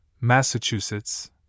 Massachusetts